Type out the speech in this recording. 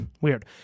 Weird